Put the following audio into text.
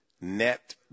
net